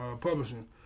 publishing